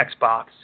Xbox